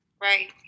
Right